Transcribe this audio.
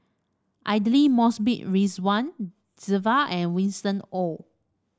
Aidli Mosbit Ridzwan Dzafir and Winston Oh